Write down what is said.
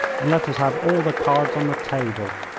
and let us have all the cards on the table.